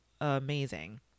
amazing